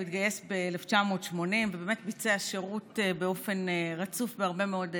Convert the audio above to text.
הוא התגייס ב-1980 ובאמת ביצע שירות באופן רצוף בהרבה מאוד תפקידים.